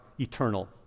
eternal